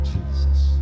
Jesus